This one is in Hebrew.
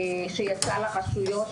שיצא לרשויות,